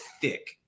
thick